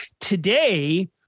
Today